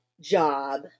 job